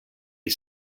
you